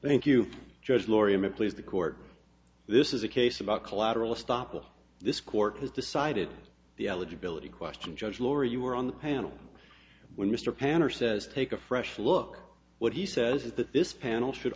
thank you judge laurie i'm a please the court this is a case about collateral estoppel this court has decided the eligibility question judge laurie you were on the panel when mr panner says take a fresh look what he says is that this panel should